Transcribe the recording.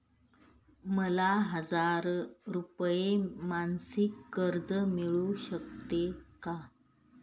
मला हजार रुपये मासिक कर्ज मिळू शकते का?